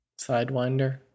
Sidewinder